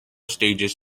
stages